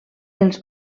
els